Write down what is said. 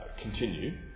continue